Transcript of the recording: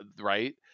right